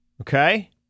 Okay